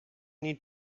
need